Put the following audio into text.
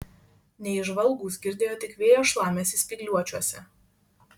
neįžvalgūs girdėjo tik vėjo šlamesį spygliuočiuose